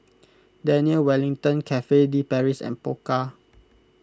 Daniel Wellington Cafe De Paris and Pokka